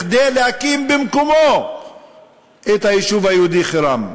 כדי להקים במקומו את היישוב היהודי חירן,